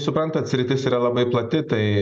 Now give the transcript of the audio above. suprantat sritis yra labai plati tai